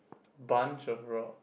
bunch of rocks